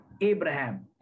Abraham